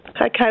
Okay